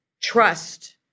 trust